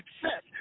success